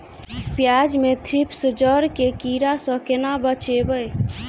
प्याज मे थ्रिप्स जड़ केँ कीड़ा सँ केना बचेबै?